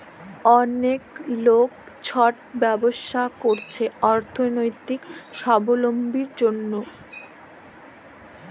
অলেক লক ছট ব্যবছা ক্যইরছে অথ্থলৈতিক ছাবলম্বীর জ্যনহে